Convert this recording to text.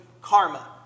karma